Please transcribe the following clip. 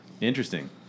Interesting